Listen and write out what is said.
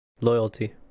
loyalty